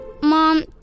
Mom